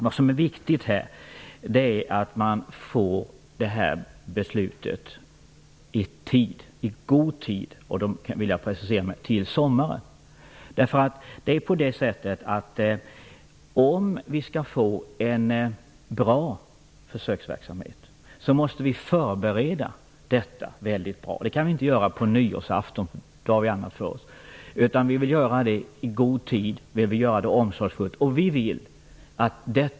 Vad som är viktigt är att beslutet fattas i god tid. Låt mig precisera det till att det bör ske till sommaren. Om vi skall få en bra försöksverksamhet, måste vi förbereda detta mycket väl, och det kan vi inte göra på nyårsaftonen, då vi har annat för oss. Vi vill göra det omsorgsfullt och i god tid.